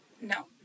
no